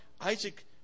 Isaac